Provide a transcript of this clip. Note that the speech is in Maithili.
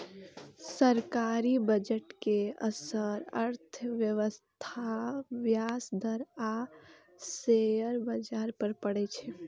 सरकारी बजट के असर अर्थव्यवस्था, ब्याज दर आ शेयर बाजार पर पड़ै छै